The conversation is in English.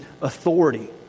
authority